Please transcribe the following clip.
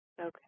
Okay